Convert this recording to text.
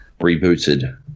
rebooted